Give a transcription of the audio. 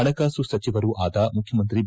ಪಣಕಾಸು ಸಚಿವರೂ ಆದ ಮುಖ್ಯಮಂತ್ರಿ ಬಿ